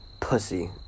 pussy